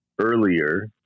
earlier